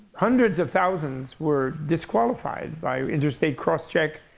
hundreds of thousands were disqualified by interstate crosscheck,